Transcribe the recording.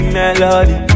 melody